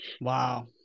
Wow